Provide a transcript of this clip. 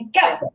go